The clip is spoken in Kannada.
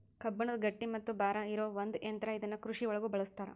ಕಬ್ಬಣದ ಗಟ್ಟಿ ಮತ್ತ ಭಾರ ಇರು ಒಂದ ಯಂತ್ರಾ ಇದನ್ನ ಕೃಷಿ ಒಳಗು ಬಳಸ್ತಾರ